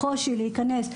קושי להיכנס,